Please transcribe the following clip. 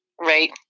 Right